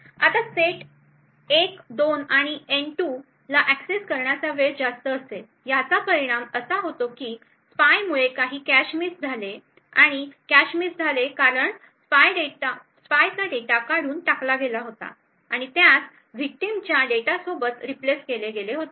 आता सेट १ २ आणि एन २ ला एक्सेस करण्याचा वेळ जास्त असेल याचा परिणाम असा होतो की स्पाय मुळे काही कॅशे मिस झाले आणि कॅशे मिस झाले कारण स्पायचा डेटा काढून टाकला गेला होता आणि त्यास विक्टिमच्या डेटा सोबत रीप्लेस केले गेले होते